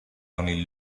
only